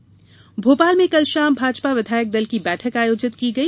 भाजपा बैठक भोपाल में कल शाम भाजपा विधायक दल की बैठक आयोजित की गई